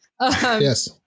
Yes